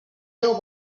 déu